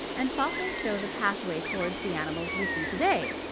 and fossils show the pathway towards the animals we see today.